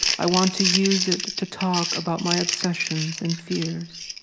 i want to use it to talk about my obsessions and fears,